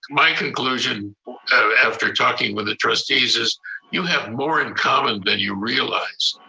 my conclusion after talking with the trustees is you have more in common than you realize.